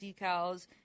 decals